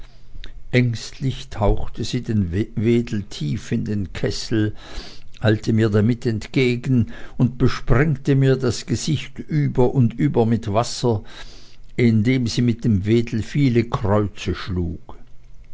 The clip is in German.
ängstlich tauchte sie den wedel tief in den kessel eilte mir damit entgegen und besprengte mir das gesicht über und über mit wasser indem sie mit dem wedel viele kreuze schlug